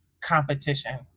competition